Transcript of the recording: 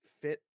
fit